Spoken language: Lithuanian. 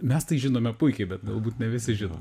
mes tai žinome puikiai bet galbūt ne visi žino